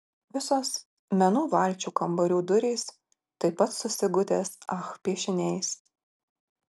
visos menų valčių kambarių durys taip pat su sigutės ach piešiniais